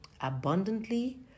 abundantly